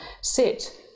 sit